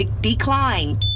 Decline